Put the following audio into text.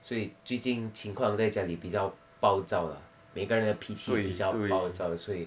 所以最近情况在家里比较暴躁啦每个人的脾气比较暴躁